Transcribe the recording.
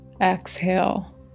exhale